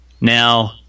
Now